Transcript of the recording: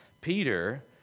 Peter